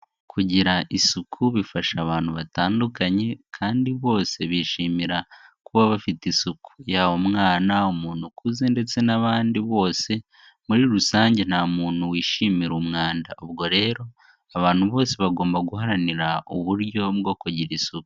Kugira isuku bifasha abantu batandukanye kandi bose bishimira kuba bafite isuku. Yaba umwana, umuntu ukuze ndetse n'abandi bose, muri rusange nta muntu wishimira umwanda. Ubwo rero abantu bose bagomba guharanira uburyo bwo kugira isuku.